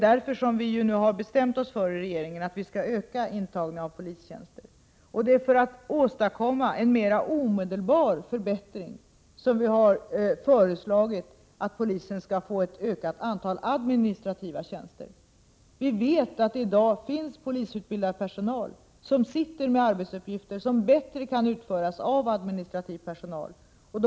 Därför har regeringen bestämt sig för att öka antalet polistjänster. För att åstadkomma en mera omedelbar förbättring har vi föreslagit att polisen skall få ett större antal administrativa tjänster. Vi vet att det i dag finns polisutbildad personal som sitter med arbetsuppgifter som bättre kan utföras av administrativ personal.